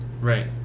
Right